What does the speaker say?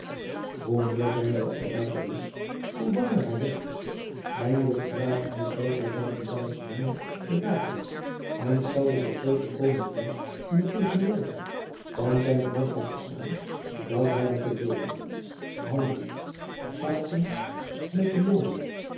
hoe meer zijn wel eerwaarde las hoe warmer hij werd eindelijk geraakte hij zoover buiten zijne gewone bedaardheid en stelde zich zoo volkomen voor in de tegenwoordigheid van zijne hoogheid te staan dat hij met de woorden handelt sachtkens met den